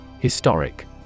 Historic